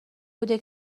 بوده